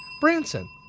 Branson